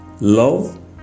love